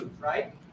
right